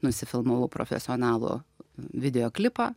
nusifilmavau profesionalų videoklipą